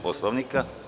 Poslovnika?